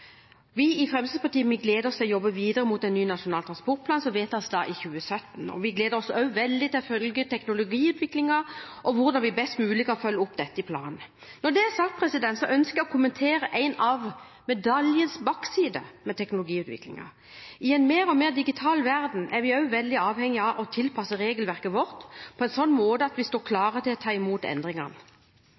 Vi i Fremskrittspartiet gleder oss til å jobbe videre mot en ny nasjonal transportplan, som vedtas i 2017. Vi gleder oss også veldig til å følge teknologiutviklingen, og hvordan vi best mulig kan følge opp dette i planene. Når det er sagt, ønsker jeg å kommentere en av medaljens bakside med teknologiutviklingen. I en mer og mer digital verden er vi også veldig avhengig av å tilpasse regelverket vårt på en sånn måte at vi står klar til å ta imot